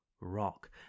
Rock